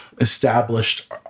established